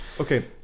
okay